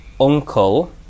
uncle